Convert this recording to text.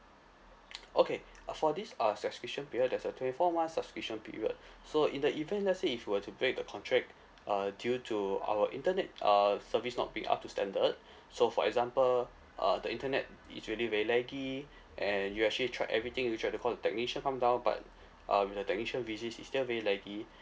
okay uh for this uh subscription period there's a twenty four months subscription period so in the event let's say if you were to break the contract uh due to our internet uh service not being up to standard so for example uh the internet it's really very laggy and you actually tried everything you tried to call the technician come down but uh with the technician visit is still very laggy